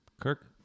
Kirk